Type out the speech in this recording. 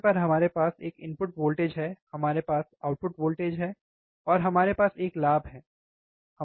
table हमारे पास एक इनपुट वोल्टेज है हमारे पास आउटपुट वोल्टेज है और हमारे पास एक लाभ है सही है